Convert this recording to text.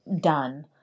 done